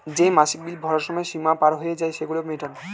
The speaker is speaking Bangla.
যেই মাসিক বিল ভরার সময় সীমা পার হয়ে যায়, সেগুলো মেটান